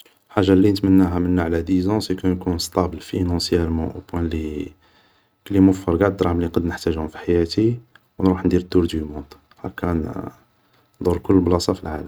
حاجا لي نتمناها على دي زون سيكو نكون صطابل فينونسيارمون اوبوان لي كلي موفر قاع دراهم لي نقد نحتاجهم في حياتي و نروح ندير تور دو موند هاكا ندور كل بلاصة في العالم